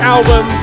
Album